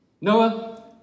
Noah